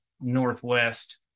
Northwest